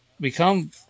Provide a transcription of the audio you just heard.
Become